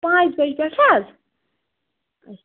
پانٛژِ بَجہِ پٮ۪ٹھ ہا